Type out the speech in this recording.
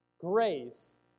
Grace